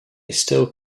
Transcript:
still